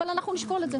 אבל אנחנו נשקול את זה.